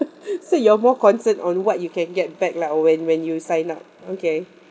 so you are more concern on what you can get back lah when when you sign up okay